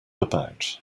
about